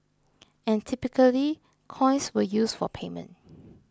and typically coins were used for payment